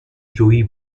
جویی